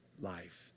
life